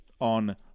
on